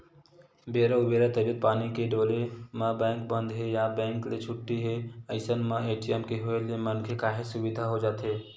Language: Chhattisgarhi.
बेरा उबेरा तबीयत पानी के डोले म बेंक बंद हे या बेंक के छुट्टी हे अइसन मन ए.टी.एम के होय ले मनखे काहेच सुबिधा हो जाथे